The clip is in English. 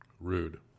Rude